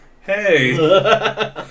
hey